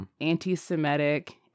anti-Semitic